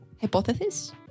hypothesis